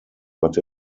but